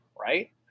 right